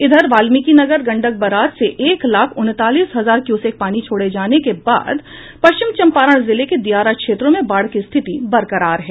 इधर बाल्मीकिनगर गंडक बराज से एक लाख उनतालीस हजार क्यूसेक पानी छोड़े जाने के बाद पश्चिम चंपारण जिले के दियारा क्षेत्रों में बाढ़ की स्थिति बरकरार है